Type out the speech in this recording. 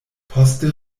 poste